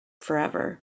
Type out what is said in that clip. forever